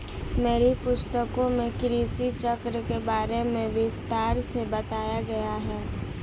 मेरी पुस्तकों में कृषि चक्र के बारे में विस्तार से बताया गया है